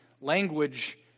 language